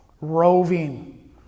roving